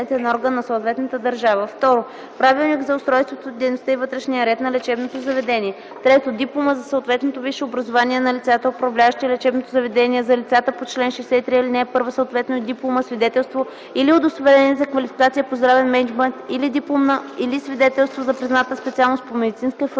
ал. 1 съответно и диплома, свидетелство или удостоверение за квалификация по здравен мениджмънт или диплома, или свидетелство за призната специалност по медицинска информатика